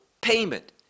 payment